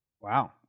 Wow